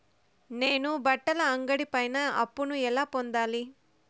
నేను బట్టల అంగడి పైన అప్పును ఎలా పొందాలి?